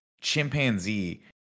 chimpanzee